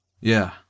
Yeah